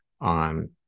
on